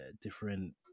different